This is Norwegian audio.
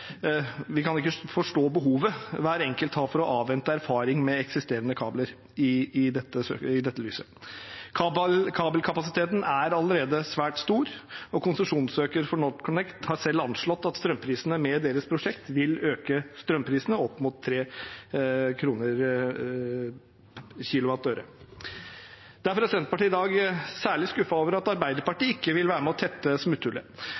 kan Senterpartiet ikke forstå behovet hver enkelt har for å avvente erfaring med eksisterende kabler i lys av dette. Kabelkapasiteten er allerede svært stor, og konsesjonssøker for NorthConnect har selv anslått at strømprisene med deres prosjekt vil øke opp mot 3 øre/kWh. Derfor er Senterpartiet i dag særlig skuffet over at Arbeiderpartiet ikke vil være med og tette smutthullet.